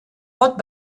pot